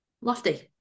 lofty